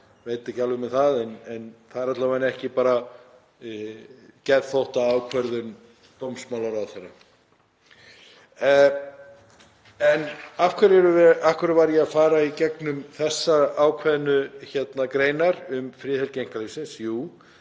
veit ekki alveg með það en það er alla vega ekki bara geðþóttaákvörðun dómsmálaráðherra. Af hverju var ég að fara í gegnum þessar ákveðnu greinar um friðhelgi einkalífsins? Jú,